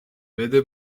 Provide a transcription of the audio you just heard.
بده